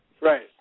Right